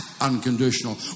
Unconditional